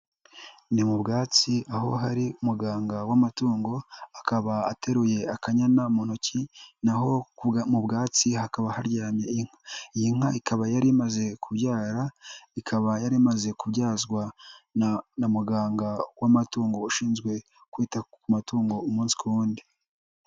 Ni mu bwatsi aho hari muganga w'amatungo, akaba ateruye akanyana mu ntoki n'aho mu bwatsi hakaba haryamye inka, iyi nka ikaba yari imaze kubyara, ikaba yari imaze kubyazwa na muganga w'amatungo ushinzwe kwita ku matungo umunsi ku wundi.